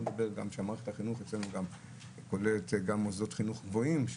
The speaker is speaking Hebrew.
מערכת החינוך אצלנו כוללת גם מוסדות חינוך גבוהים,